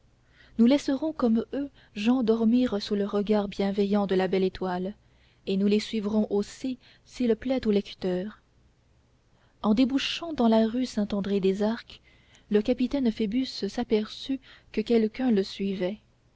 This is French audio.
nous laisserons comme eux jehan dormir sous le regard bienveillant de la belle étoile et nous les suivrons aussi s'il plaît au lecteur en débouchant dans la rue saint andré des arcs le capitaine phoebus s'aperçut que quelqu'un le suivait